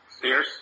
Sears